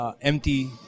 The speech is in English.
empty